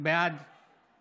בעד